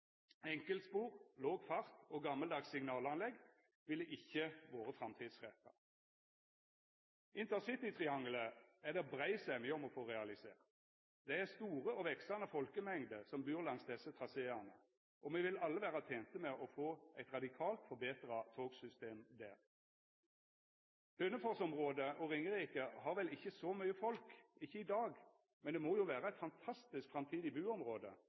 Enkeltspor, låg fart og gammaldags signalanlegg ville ikkje vore framtidsretta. Det er brei semje om å få realisert intercitytriangelet. Det er store og veksande folkemengder som bur langs desse traseane, og me vil alle vera tente med å få eit radikalt forbetra togsystem der. Hønefoss-området og Ringerike har vel ikkje så mykje folk – ikkje i dag – men det må jo vera eit fantastisk buområde